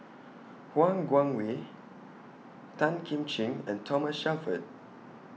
Han Guangwei Tan Kim Ching and Thomas Shelford